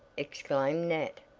exclaimed nat,